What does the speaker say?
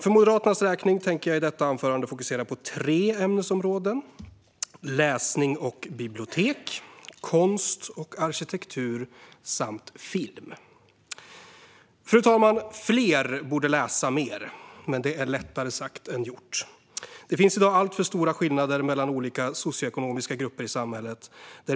För Moderaternas räkning tänker jag i detta anförande fokusera på tre ämnesområden: läsning och bibliotek, konst och arkitektur samt film. Fru talman! Fler borde läsa mer, men det är lättare sagt än gjort. Det finns i dag alltför stora skillnader mellan olika socioekonomiska grupper i samhället.